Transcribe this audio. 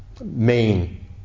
Main